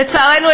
לצערנו,